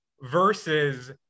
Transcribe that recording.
versus